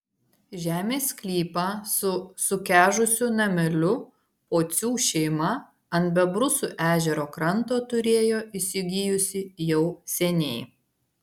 žemės sklypą su sukežusiu nameliu pocių šeima ant bebrusų ežero kranto turėjo įsigijusi jau seniai